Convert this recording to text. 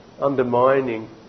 undermining